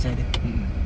mmhmm